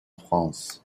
france